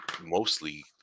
mostly